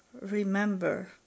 remember